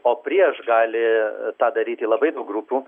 o prieš gali tą daryti labai daug grupių